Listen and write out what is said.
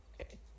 Okay